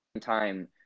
Time